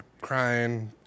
crying